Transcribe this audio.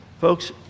Folks